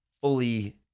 fully